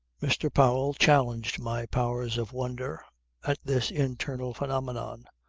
mr. powell challenged my powers of wonder at this internal phenomenon,